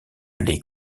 les